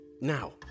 Now